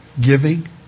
Giving